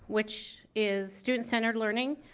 which is student centered learning,